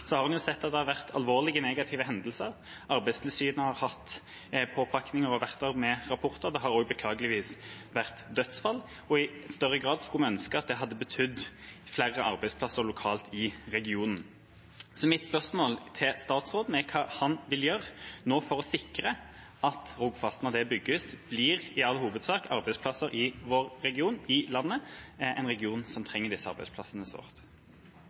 så stort prosjekt i regionen vår skal skape arbeidsplasser både i regionen, og også for landet. Med byggingen av Ryfast – også et lokalt prosjekt – har en sett at det har vært alvorlige negative hendelser. Arbeidstilsynet har hatt påpakninger og vært der med rapporter. Det har beklageligvis også vært dødsfall. Vi skulle ønske at det i større grad hadde betydd flere arbeidsplasser lokalt, i regionen. Så mitt spørsmål til statsråden er: Hva vil han gjøre nå for å sikre at Rogfast, når det bygges, i all hovedsak